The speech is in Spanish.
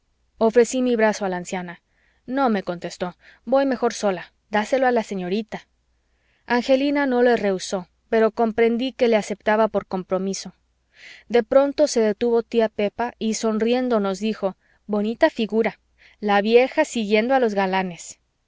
ofrecí mi brazo a la anciana no me contestó voy mejor sola dáselo a la señorita angelina no le rehusó pero comprendí que le aceptaba por compromiso de pronto se detuvo tía pepa y sonriendo nos dijo bonita figura la vieja siguiendo a los galanes